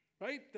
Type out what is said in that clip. right